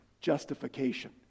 justification